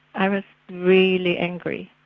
i was really angry.